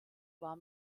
war